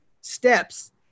steps